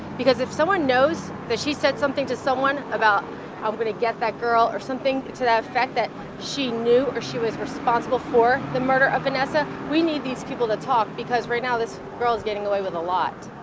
because if someone knows that she said something to someone about how we're going to get that girl or something to that effect that she knew, or she was responsible for the murder of vanessa. we need these people to talk because right now this girl is getting away with a lot.